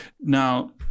now